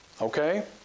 Okay